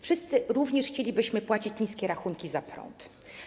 Wszyscy również chcielibyśmy płacić niskie rachunki za prąd.